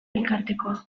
elkartekoa